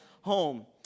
home